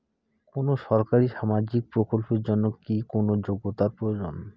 কোনো সরকারি সামাজিক প্রকল্পের জন্য কি কোনো যোগ্যতার প্রয়োজন?